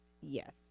Yes